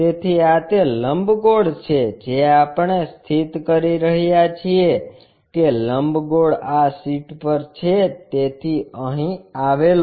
તેથી આ તે લંબગોળ છે જે આપણે સ્થિત કરી રહ્યા છીએ કે લંબગોળ આ શીટ પર છે તેથી અહીં આવેલો છે